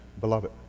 beloved